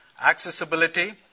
accessibility